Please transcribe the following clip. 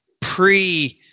pre